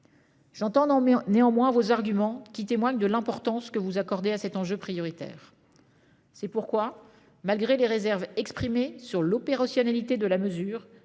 J'entends néanmoins vos arguments, qui témoignent de l'importance que vous accordez à cet enjeu prioritaire. C'est pourquoi, malgré les réserves exprimées sur l'opérationnalité de la mesure